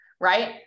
right